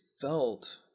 felt